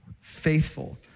faithful